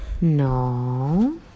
No